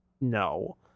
no